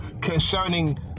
concerning